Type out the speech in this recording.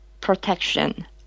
protection